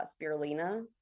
spirulina